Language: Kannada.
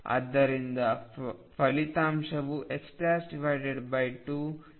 ಆದ್ದರಿಂದ ಫಲಿತಾಂಶವು 2xp ಆಗಿದೆ